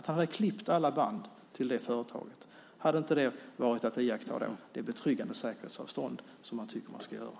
Om han hade klippt alla band till det företaget, hade inte det varit att iaktta det betryggande säkerhetsavstånd som man bör ha?